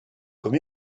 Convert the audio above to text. comme